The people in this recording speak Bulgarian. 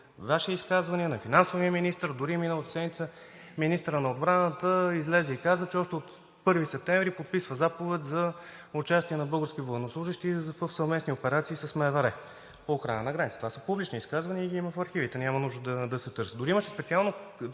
Ваши изказвания, на финансовия министър, дори миналата седмица министърът на отбраната излезе и каза, че още от 1 септември подписва заповед за участие на български военнослужещи в съвместни операции с МВР по охрана на границата. Това са публични изказвания и ги има в архивите, няма нужда да се търсят. Дори имаше специално